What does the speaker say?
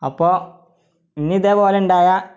അപ്പോൾ ഇനി ഇതേപോലെയുണ്ടായാൽ